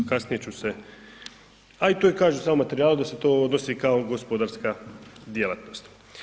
Kasnije ću se, a i tu je kažu sami materijali da se to odnosi kao gospodarska djelatnost.